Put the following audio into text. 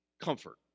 comfort